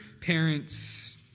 parents